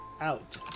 out